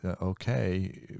Okay